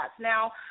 Now